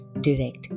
direct